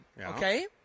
okay